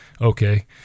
Okay